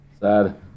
Sad